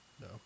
No